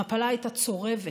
המפלה הייתה צורבת,